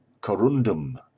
corundum